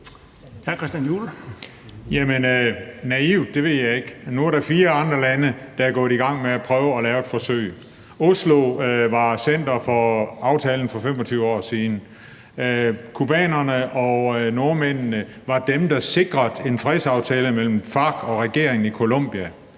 »naivt«, det ved jeg ikke. Nu er der fire andre lande, der er gået i gang med at prøve at lave et forsøg. Oslo var centrum for aftalen for 25 år siden. Cubanerne og nordmændene var dem, der sikrede en fredsaftale mellem FARC og regeringen i Colombia